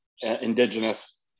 Indigenous